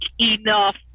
enough